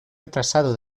retrasado